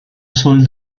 sold